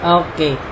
okay